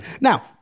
now